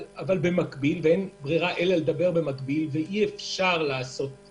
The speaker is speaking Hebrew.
אבל, במקביל, ואי-אפשר להתעלם מזה,